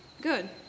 Good